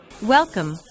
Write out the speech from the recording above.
Welcome